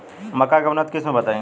मक्का के उन्नत किस्म बताई?